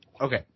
Okay